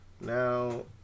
now